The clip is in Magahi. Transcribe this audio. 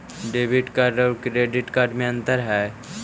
डेबिट कार्ड और क्रेडिट कार्ड में अन्तर है?